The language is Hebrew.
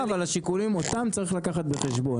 אבל השיקולים אותם צריך לקחת בחשבון.